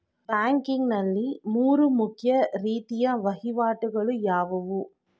Banking ನಲ್ಲಿ ಮೂರು ಮುಖ್ಯ ರೀತಿಯ ವಹಿವಾಟುಗಳು ಯಾವುವು?